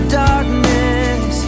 darkness